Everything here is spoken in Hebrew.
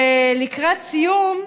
ולקראת סיום,